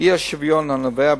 אי-שוויון הנובע,